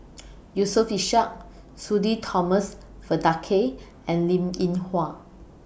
Yusof Ishak Sudhir Thomas Vadaketh and Linn in Hua